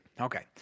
okay